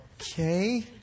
Okay